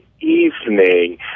evening